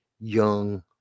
young